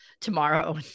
tomorrow